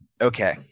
Okay